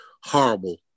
horrible